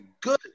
good